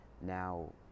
now